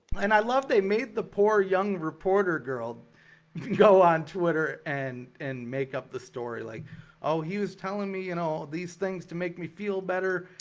and i love they made the poor young reporter girl go on twitter and and make up the story like oh he was telling me you know, these things to make me feel better,